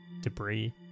debris